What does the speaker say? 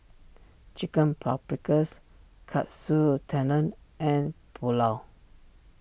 Chicken Paprikas Katsu Tendon and Pulao